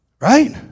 Right